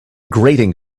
grating